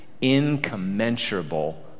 incommensurable